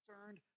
concerned